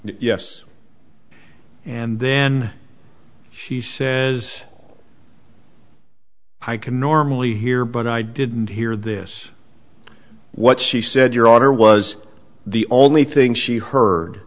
yes and then she says i can normally hear but i didn't hear this what she said your daughter was the only thing she heard